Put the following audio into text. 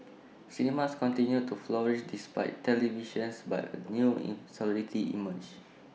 cinemas continued to flourish despite televisions but A new insularity emerged